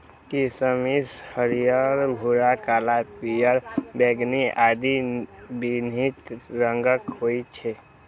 किशमिश हरियर, भूरा, काला, पीयर, बैंगनी आदि विभिन्न रंगक होइ छै